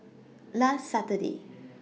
last Saturday